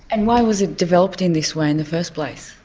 and why was it developed in this way in the first place?